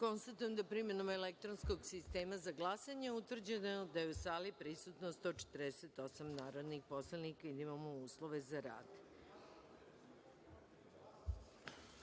da je, primenom elektronskog sistema za glasanje, utvrđeno da je u sali prisutno 148 narodnih poslanika i da imamo uslove za